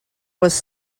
was